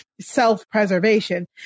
self-preservation